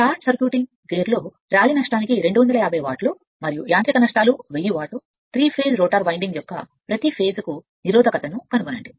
short circuiting గేర్లో రాగి నష్టానికి 250 వాట్లు మరియు యాంత్రిక నష్టాలకు 1000 వాట్లను అనుమతిస్తే 3 ఫేస్ రోటర్ వైండింగ్ ప్రతి దశకు నిరోధకతను కనుగొనండి